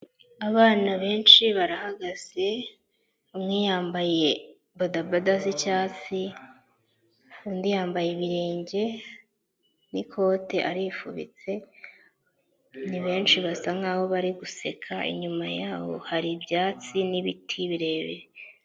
Abana benshi barahagaze, umwe yambaye bodaboda z'icyatsi, undi yambaye ibirenge n'ikote arifubitse, ni benshi basa nkaho bari guseka. Inyuma yaho hari ibyatsi n'ibiti birebire.